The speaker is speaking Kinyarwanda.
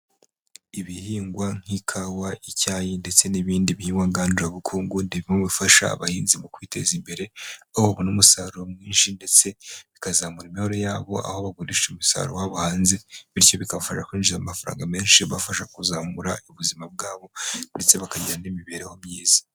Ibihingwa nk'ikawa, icyayi ndetse n'ibindi bihingwa ngandurabukungu ni bimwe mu bifasha abahinzi mu kwiteza imbere, aho babona umusaruro mwinshi ndetse bikazamura imibereho yabo, aho bagurisha umusaruro wabo hanze bityo bikabafasha kwinjiza amafaranga menshi abafasha kuzamura ubuzima bwabo ndetse bakagira n'imibereho myiza.